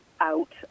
out